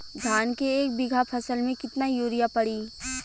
धान के एक बिघा फसल मे कितना यूरिया पड़ी?